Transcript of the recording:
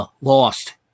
lost